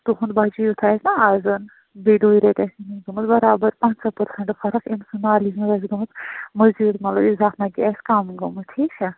تُہُنٛد بَچہِ یُتھ آسہِ نا آزَن بیٚیہِ دۄیہِ ریٚتۍ آسہِ أمِس برابر پنٛژاہ پٔرسَنٹ فرق أمۍ سُنٛد نالیج منٛز آسہِ گمٕژ مٔزیٖد مطلب اِضافہٕ نہ کہِ آسہِ کَم گٔمٕژ ٹھیٖک چھا